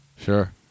sure